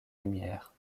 lumière